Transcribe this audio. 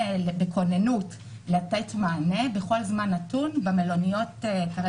בכוננות לתת מענה בכל זמן נתון לשתי המלוניות.